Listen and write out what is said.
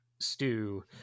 stew